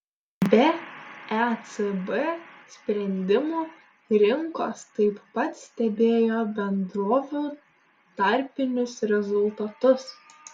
be ecb sprendimų rinkos taip pat stebėjo bendrovių tarpinius rezultatus